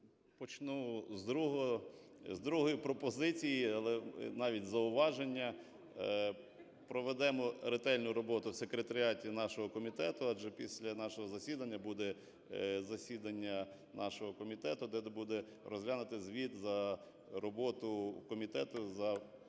з другої пропозиції, але навіть зауваження. Проведемо ретельну роботу в секретаріаті нашого комітету. Адже після нашого засідання буде засідання нашого комітету, де буде розглянуто звіт за роботу комітету за 2018